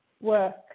work